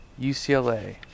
UCLA